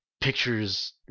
pictures